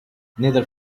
neither